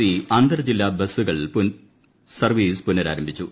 C അന്തർജില്ലാ ബസുകൾ service പുനഃരാരംഭിച്ചു